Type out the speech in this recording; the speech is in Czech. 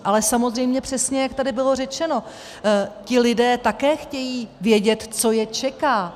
Ale samozřejmě přesně, jak tady bylo řečeno, ti lidé také chtějí vědět, co je čeká.